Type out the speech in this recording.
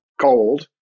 cold